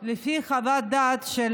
לפי חוות דעת של